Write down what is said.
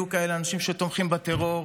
יהיו אנשים כאלה שתומכים בטרור,